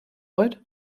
bayreuth